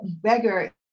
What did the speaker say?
beggar